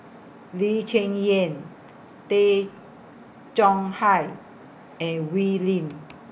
Lee Cheng Yan Tay Chong Hai and Wee Lin